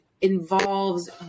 involves